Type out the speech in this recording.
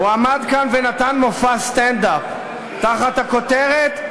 הוא עמד כאן ונתן מופע סטנד-אפ תחת הכותרת: